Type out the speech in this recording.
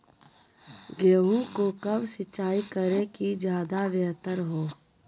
गेंहू को कब सिंचाई करे कि ज्यादा व्यहतर हो?